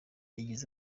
igize